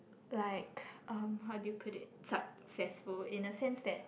like um how do you put it successful in the sense that